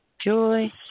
joy